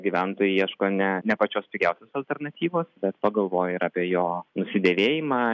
gyventojai ieško ne ne pačios pigiausios alternatyvos bet pagalvoja ir apie jo nusidėvėjimą